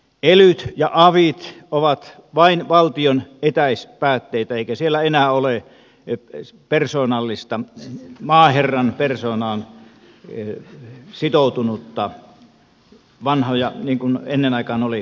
elyt ja avit ovat vain valtion etäispäätteitä eikä siellä enää ole persoonallista maaherran persoonaan sitoutunutta vanhaa läänin ja alueen puolustajaa niin kuin ennen aikaan oli